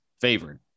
favored